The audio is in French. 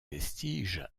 vestiges